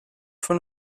von